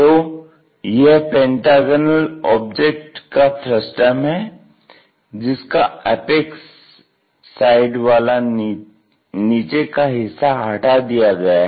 तो यह है पेंटागनल ऑब्जेक्ट का फ्रस्टम है जिसका एपेक्स साइड वाला नीचे का हिस्सा हटा दिया गया है